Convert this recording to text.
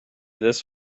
this